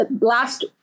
last